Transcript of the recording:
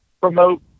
promote